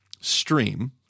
stream